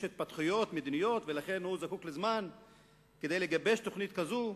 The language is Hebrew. יש התפתחויות מדיניות ולכן הוא זקוק לזמן כדי לגבש תוכנית כזאת.